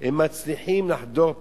מצליחים לחדור פנימה?